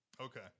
Okay